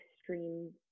extreme